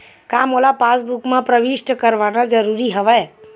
का मोला पासबुक म प्रविष्ट करवाना ज़रूरी हवय?